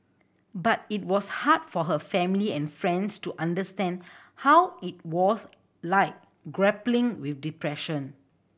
but it was hard for her family and friends to understand how it was like grappling with depression